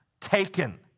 taken